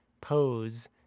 pose